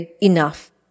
enough